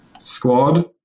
squad